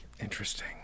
Interesting